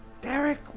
Derek